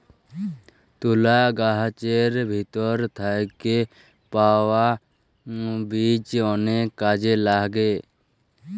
তুলা গাহাচের ভিতর থ্যাইকে পাউয়া বীজ অলেক কাজে ল্যাগে